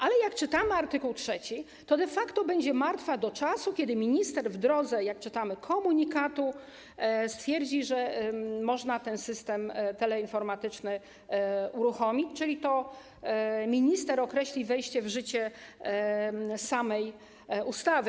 Ale jak czytamy w art. 3, to de facto będzie ona martwa do czasu, kiedy minister w drodze, jak czytamy, komunikatu stwierdzi, że można system teleinformatyczny uruchomić, czyli to minister określi wejście w życie samej ustawy.